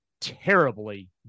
terribly